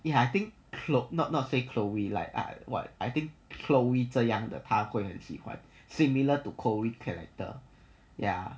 ya I think chlo~ not say chloe like what I think chloe 这样的他会很喜欢 similar to chloe the character ya